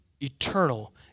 eternal